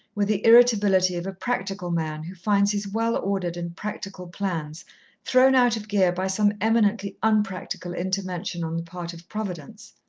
with the irritability of a practical man who finds his well-ordered and practical plans thrown out of gear by some eminently unpractical intervention on the part of providence.